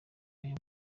aya